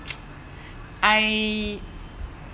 I